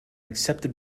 accepted